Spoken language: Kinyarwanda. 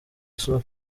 isura